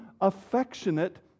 affectionate